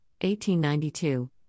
1892